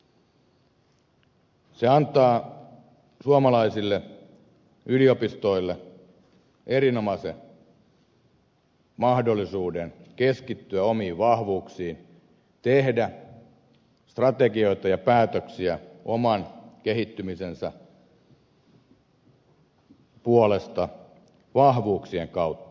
se antaa suomalaisille yliopistoille erinomaisen mahdollisuuden keskittyä omiin vahvuuksiin tehdä strategioita ja päätöksiä oman kehittymisensä puolesta vahvuuksien kautta